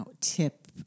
tip